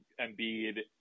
Embiid